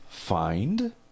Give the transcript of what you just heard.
Find